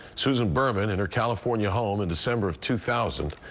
susan berman, in her california home in december of two thousand.